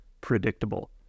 predictable